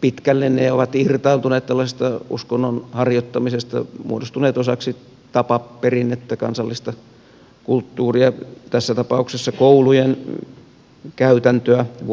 pitkälle ne ovat irtautuneet tällaisesta uskonnon harjoittamisesta muodostuneet osaksi tapaperinnettä kansallista kulttuuria tässä tapauksessa koulujen käytäntöä vuosikymmenten mittaan